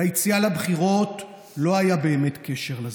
ליציאה לבחירות לא היה באמת קשר לזה.